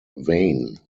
vein